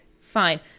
fine